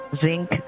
zinc